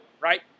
right